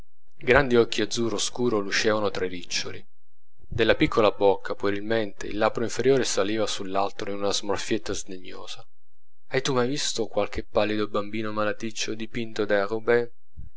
i grandi occhi azzurro scuro lucevano tra i riccioli della piccola bocca puerilmente il labbro inferiore saliva sull'altro in una smorfietta sdegnosa hai tu mai visto qualche pallido bambino malaticcio dipinto da rubens